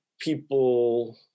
people